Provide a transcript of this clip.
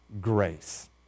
grace